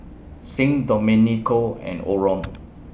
Sing Domenico and Orren